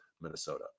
Minnesota